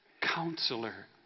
counselor